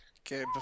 Okay